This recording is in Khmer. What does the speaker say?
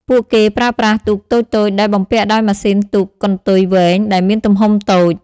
ពួកគេប្រើប្រាស់ ទូកតូចៗ ដែលបំពាក់ដោយម៉ាស៊ីនទូកកន្ទុយវែងដែលមានទំហំតូច។